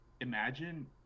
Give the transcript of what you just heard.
imagine